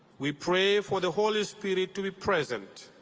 we pray for the holy spirit to be present,